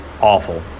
awful